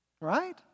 Right